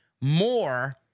more